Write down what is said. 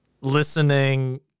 listening